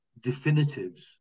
definitives